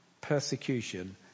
Persecution